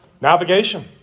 navigation